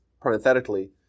parenthetically